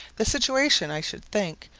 the situation, i should think,